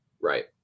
Right